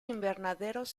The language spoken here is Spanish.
invernaderos